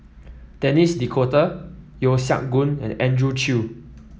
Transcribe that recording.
Denis D'Cotta Yeo Siak Goon and Andrew Chew